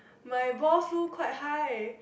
my ball flew quite high